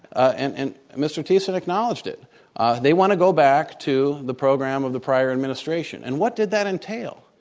and and mr. thiessen acknowledged it they want to go back to the program of the prior administration. and what did that entail?